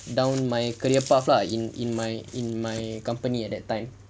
down my career path lah in in my in my company at that time